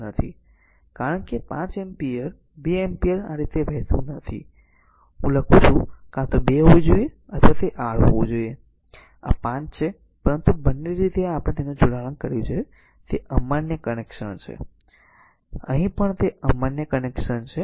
તેથી કારણ કે 5 એમ્પીયર 2 એમ્પીયર આ રીતે વહેતું નથી હું લખું છું કાં તો તે 2 હોવું જોઈએ અથવા તે r હોવું જોઈએ જેને આ 5 છે પરંતુ બંને રીતે આપણે તેને જોડાણ કર્યું છે તે અમાન્ય કનેક્શન છે અહીં પણ તે અમાન્ય કનેક્શન છે